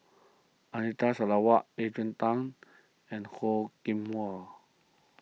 Anita Sarawak Adrian Tan and Ho Hwa